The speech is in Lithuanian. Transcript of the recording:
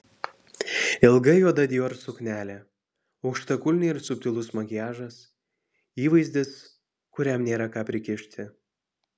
ilga juoda dior suknelė aukštakulniai ir subtilus makiažas įvaizdis kuriam nėra ką prikišti